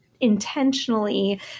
intentionally